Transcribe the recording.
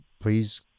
please